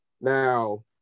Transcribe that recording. Now